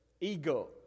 ego